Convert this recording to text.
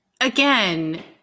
Again